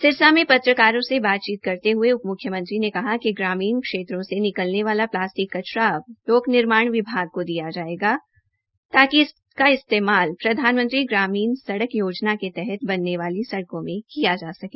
सिरसा में पत्रकारों से बातचीत करते हुए उप मुख्यमंत्री ने कहा कि ग्रामीण क्षेत्रों से निकलने वाला प्लास्टिक कचरा अब लोकनिर्माण विभाग को दिया जायेगा ताकि इसका इस्तेमाल प्रधानमंत्री ग्राम सड़क योजना के तहत बनने वाली सड़को में किया जा सके